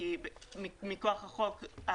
מכוח החוק,